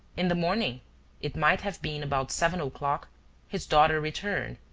in the morning it might have been about seven o'clock his daughter returned,